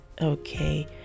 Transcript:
okay